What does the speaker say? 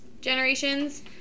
generations